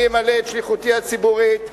אני אמלא את שליחותי הציבורית,